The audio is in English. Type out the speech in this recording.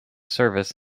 service